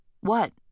What